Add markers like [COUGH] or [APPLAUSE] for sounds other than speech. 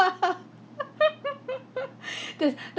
[LAUGHS] [BREATH] there's